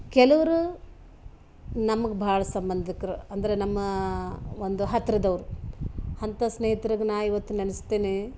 ಕೆಲವ್ರ ನಮ್ಗೆ ಭಾಳ ಸಂಬಂಧಿಕ್ರ್ ಅಂದ್ರೆ ನಮ್ಮ ಒಂದು ಹತ್ತಿರದವ್ರ್ ಅಂಥ ಸ್ನೇಹಿತ್ರಿಗ್ ನಾ ಇವತ್ತು ನೆನೆಸ್ತೇನೆ